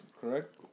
correct